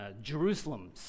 Jerusalem